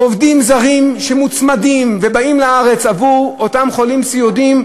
עובדים זרים שמוצמדים ובאים לארץ עבור אותם חולים סיעודיים,